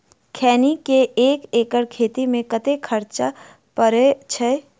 खैनी केँ एक एकड़ खेती मे कतेक खर्च परै छैय?